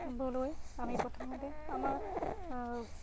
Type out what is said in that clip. বলৈ আমি প্ৰথমতে আমাৰ